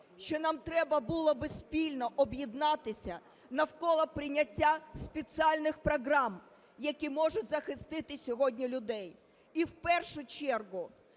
що нам треба було би спільно об'єднатися навколо прийняття спеціальних програм, які можуть захистити сьогодні людей. І в першу чергу